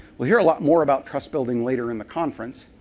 we'll hear a lot more about trust building later in the conference,